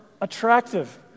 attractive